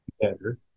better